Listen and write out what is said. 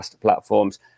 platforms